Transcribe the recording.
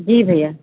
जी भैया